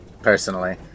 personally